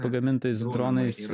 pagamintais dronais